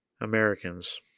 Americans